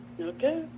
Okay